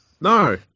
No